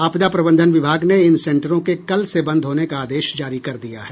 आपदा प्रबंधन विभाग ने इन सेंटरों के कल से बंद होने का आदेश जारी कर दिया है